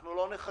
אנחנו לא נחכה,